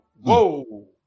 Whoa